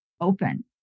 open